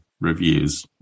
reviews